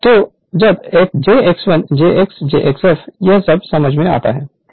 तो जेj x1 j x j x f यह सब समझ में आता है